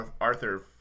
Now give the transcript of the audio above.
Arthur